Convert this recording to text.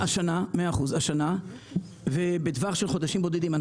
השנה, ובטווח של חודשים בודדים.